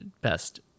best